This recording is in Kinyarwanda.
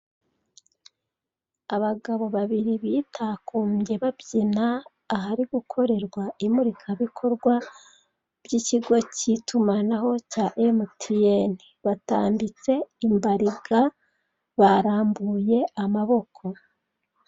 Abagabo babiri bitakumbye babyina ahari gukorerwa imurika bikorwa by'ikigo k'itumanaho cya emetiyeni. Batanditse imbariga barambuye amaboko.